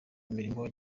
imirimo